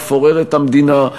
מפורר את המדינה,